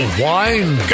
wine